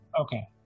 Okay